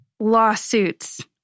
Lawsuits